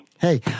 Hey